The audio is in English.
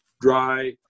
dry